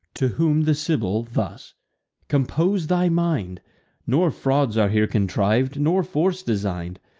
to whom the sibyl thus compose thy mind nor frauds are here contriv'd, nor force design'd.